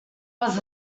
was